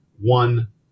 one